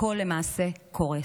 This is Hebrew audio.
הכול למעשה קורס.